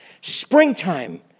Springtime